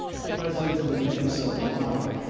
a president who would make himself a monarch,